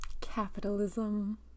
Capitalism